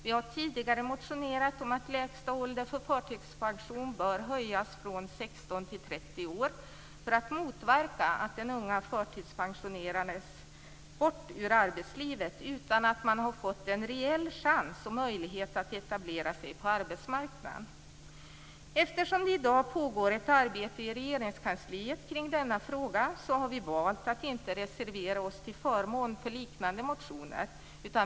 Vi har tidigare motionerat om att den lägsta åldern för förtidspension bör höjas från 16 till 30 år för att motverka att de unga förtidspensioneras bort från arbetslivet utan att ha fått en reell chans och möjlighet att etablera sig på arbetsmarknaden. Eftersom det i dag pågår ett arbete i Regeringskansliet i denna fråga har vi valt att inte reservera oss till förmån för liknande motioner.